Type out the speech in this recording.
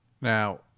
Now